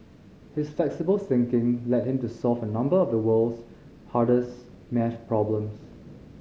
his flexible thinking led him to solve a number of the world's hardest maths problems